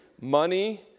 Money